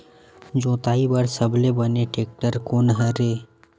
जोताई बर सबले बने टेक्टर कोन हरे?